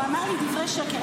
הוא אמר לי "דברי שקר".